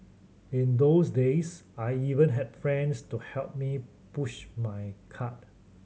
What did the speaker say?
in those days I even had friends to help me push my cart